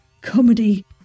comedy